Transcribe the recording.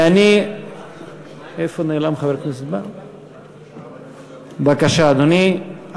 איפה נעלם חבר הכנסת, בבקשה, אדוני.